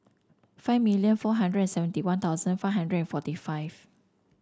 five million four hundred and seventy One Thousand five hundred and forty five